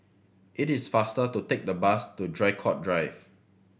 it is faster to take the bus to Draycott Drive